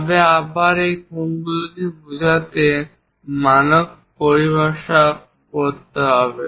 তবে আবার এই কোণগুলি বোঝাতে মানক পরিভাষা ব্যবহার করতে হবে